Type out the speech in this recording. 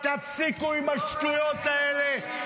תפסיקו עם השטויות האלה,